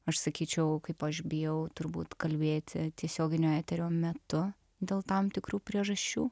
aš sakyčiau kaip aš bijau turbūt kalbėti tiesioginio eterio metu dėl tam tikrų priežasčių